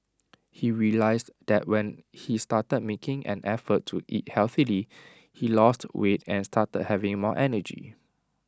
he realised that when he started making an effort to eat healthily he lost weight and started having more energy